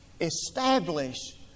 Establish